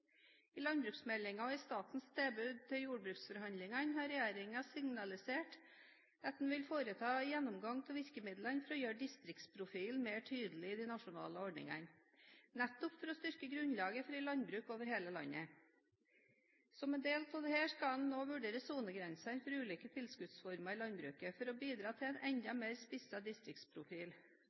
I landbruksmeldingen og i statens tilbud til jordbruksforhandlingene har regjeringen signalisert at en vil foreta gjennomgang av virkemidlene for å gjøre distriktsprofilen mer tydelig i de nasjonale ordningene, nettopp for å styrke grunnlaget for et landbruk over hele landet. Som en del av dette skal en nå vurdere sonegrensene for ulike tilskuddsformer i landbruket, for å bidra til en enda mer spisset distriktsprofil.